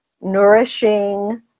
nourishing